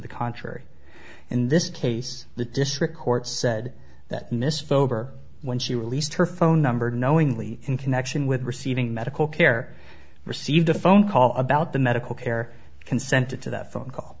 the contrary in this case the district court said that miss phobe or when she released her phone number knowingly in connection with receiving medical care received a phone call about the medical care consented to that phone call